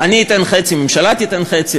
אני אתן חצי והממשלה תיתן חצי,